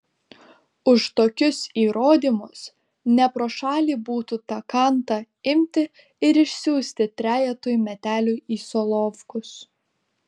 už tokius įrodymus ne pro šalį būtų tą kantą imti ir išsiųsti trejetui metelių į solovkus